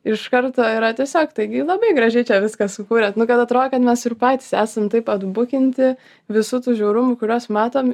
iš karto yra tiesiog taigi labai gražiai čia viską sukūrėt nu kad atro kad mes ir patys esam taip atbukinti visų tų žiaurumų kuriuos matom